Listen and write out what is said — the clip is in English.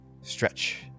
Stretch